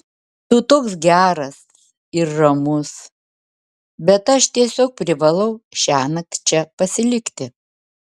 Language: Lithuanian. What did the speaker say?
tu toks geras ir ramus bet aš tiesiog privalau šiąnakt čia pasilikti